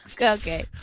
okay